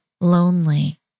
lonely